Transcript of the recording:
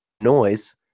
Noise